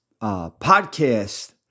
podcast